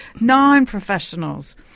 Non-professionals